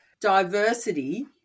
diversity